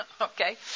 Okay